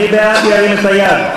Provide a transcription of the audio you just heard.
מי בעד, ירים את היד.